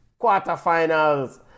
Quarterfinals